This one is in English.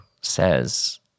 says